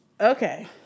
Okay